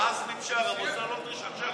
אני רק אמרתי לו שעזמי בשארה מוסר לו דרישת שלום.